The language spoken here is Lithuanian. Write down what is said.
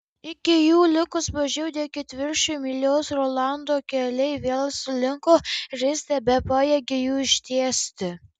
iki jų likus mažiau nei ketvirčiui mylios rolando keliai vėl sulinko ir jis nebepajėgė jų ištiesti